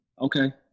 okay